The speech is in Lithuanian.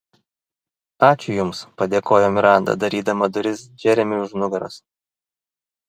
ačiū jums padėkojo miranda darydama duris džeremiui už nugaros